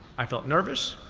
i felt nervous,